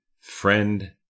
Friend